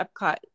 Epcot